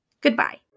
goodbye